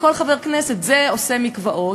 לכל חבר כנסת: זה עושה מקוואות,